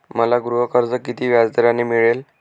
मला गृहकर्ज किती व्याजदराने मिळेल?